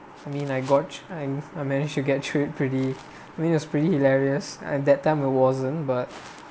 for me I got and I managed to get through it pretty I mean it was pretty hilarious and that time I wasn't but